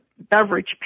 beverage